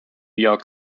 york